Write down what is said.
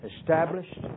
established